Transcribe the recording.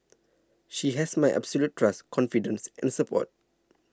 she has my absolute trust confidence and support